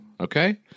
Okay